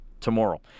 tomorrow